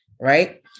right